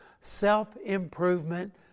self-improvement